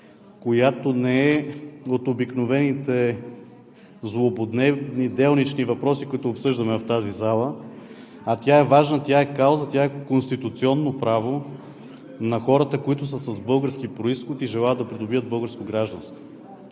която не е от обикновените, злободневни, делнични въпроси, които обсъждаме в тази зала. Тя е важна, тя е кауза, тя е конституционно право на хората, които са с български произход и желаят да придобият българско гражданство.